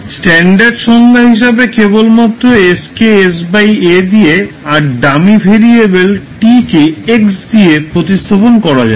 standard সংজ্ঞা হিসেবে কেবলমাত্র s কে s a দিয়ে আর ডামি ভেরিয়েবল t কে x দিয়ে প্রতিস্থাপন করা যাবে